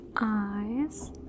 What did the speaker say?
eyes